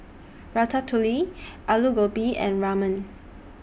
Ratatouille Alu Gobi and Ramen